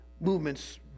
movements